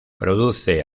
produce